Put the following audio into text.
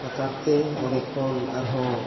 ᱞᱟᱛᱟᱨᱛᱮ ᱚᱸᱰᱮ ᱠᱷᱚᱱ ᱟᱨᱦᱚᱸ